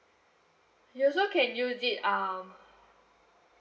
you also can use it um